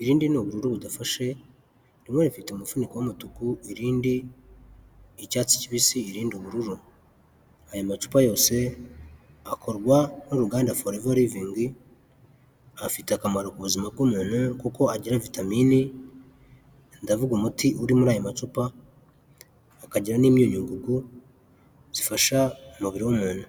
irindi ni ubururu budafashe, rimwe rifite umufuniko w'umutuku irindi icyatsi kibisi irindi ubururu .Aya macupa yose akorwa n'uruganda Forever Living ,afite akamaro ku buzima bw'umuntu kuko agira vitamin ,ndavuga umuti uri muri aya macupa akagira n'imyunyugugu zifasha umubiri w'umuntu.